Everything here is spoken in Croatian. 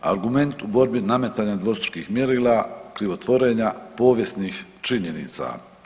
Argument u borbi nametanja dvostrukih mjerila, krivotvorenja povijesnih činjenica.